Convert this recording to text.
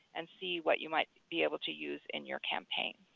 and see what you might be able to use in your campaign.